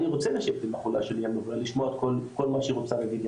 אני רוצה לשבת עם החולה המבריאה שלי לשמוע את כל מה שהיא רוצה להגיד לי,